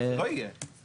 זה לא יהיה.